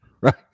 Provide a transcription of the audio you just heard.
Right